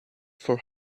for